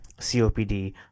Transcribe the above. COPD